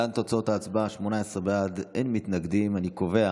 נוכח עאידה תומא סלימאן, אינה נוכחת פנינה תמנו,